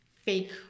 fake